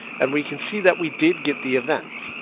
and we can see that we did get the event.